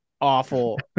awful